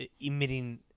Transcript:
emitting